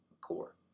core